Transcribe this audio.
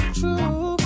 true